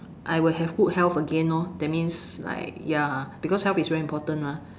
I will have good health again lor that means like ya because health is very important mah